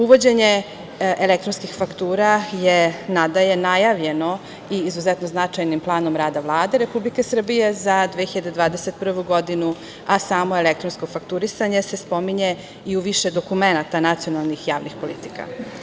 Uvođenje elektronskih faktura je nadalje najavljeno i izuzetno značajnim planom rada Vlade Republike Srbije za 2021. godini, a samo elektronsko fakturisanje se spominje i u više dokumenata nacionalnih javnih politika.